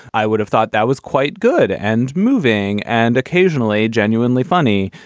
i would have thought that was quite good and moving and occasionally genuinely funny.